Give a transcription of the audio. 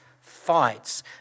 fights